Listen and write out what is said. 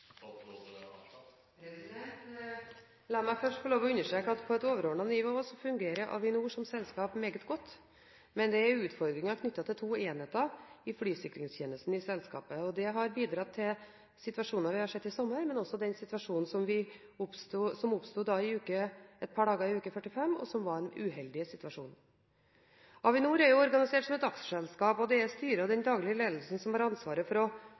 La meg først få lov til å understreke at på et overordnet nivå fungerer Avinor som selskap meget godt, men det er utfordringer knyttet til to enheter i flysikringstjenesten i selskapet. Det har bidratt til situasjonene vi har sett i sommer, men også den situasjonen som oppsto et par dager i uke 45, og som var en uheldig situasjon. Avinor er organisert som et aksjeselskap, og det er styret og den daglige ledelsen som har ansvaret for